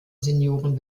senioren